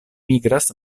migras